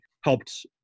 helped